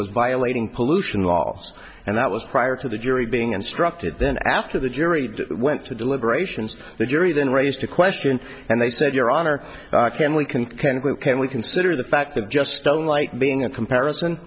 was violating pollution laws and that was prior to the jury being instructed then after the jury went to deliberations the jury then raised the question and they said your honor can we can can we can we consider the fact that just don't like being a comparison